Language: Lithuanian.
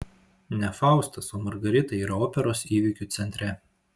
ne faustas o margarita yra operos įvykių centre